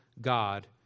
God